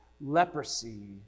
leprosy